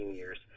years